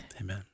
amen